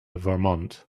vermont